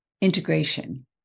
integration